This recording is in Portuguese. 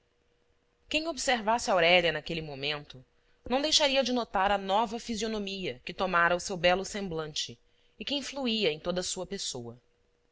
quem observasse aurélia naquele momento não deixaria de notar a nova fisionomia que tomara o seu belo semblante e que influía em toda a sua pessoa